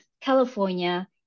California